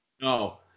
No